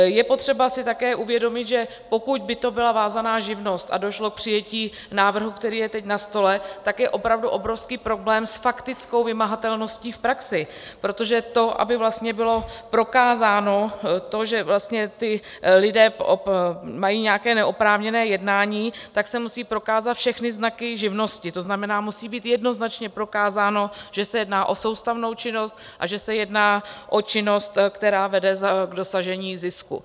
Je potřeba si také uvědomit, že pokud by to byla vázaná živnost a došlo k přijetí návrhu, který je teď na stole, tak je opravdu obrovský problém s faktickou vymahatelností v praxi, protože to, aby vlastně bylo prokázáno to, že ti lidé mají nějaké neoprávněné jednání, tak se musejí prokázat všechny znaky živnosti, to znamená, musí být jednoznačně prokázáno, že se jedná o soustavnou činnost a že se jedná o činnost, která vede k dosažení zisku.